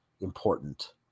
important